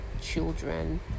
children